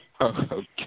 Okay